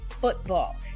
football